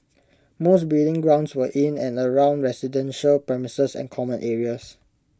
most breeding grounds were in and around residential premises and common areas